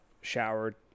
showered